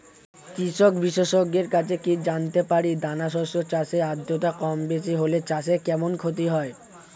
কৃষক বিশেষজ্ঞের কাছে কি জানতে পারি দানা শস্য চাষে আদ্রতা কমবেশি হলে চাষে কেমন ক্ষতি হয়?